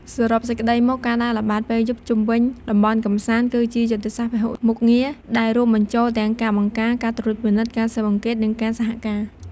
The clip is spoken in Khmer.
សរុបសេចក្តីមក ការដើរល្បាតពេលយប់ជុំវិញតំបន់កម្សាន្ត គឺជាយុទ្ធសាស្ត្រពហុមុខងារដែលរួមបញ្ចូលទាំងការបង្ការ ការត្រួតពិនិត្យ ការស៊ើបអង្កេត និងការសហការ។